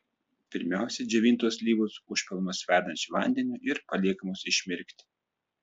pirmiausia džiovintos slyvos užpilamos verdančiu vandeniu ir paliekamos išmirkti